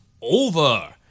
over